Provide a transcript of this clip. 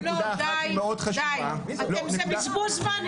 דיי, זה בזבוז זמן.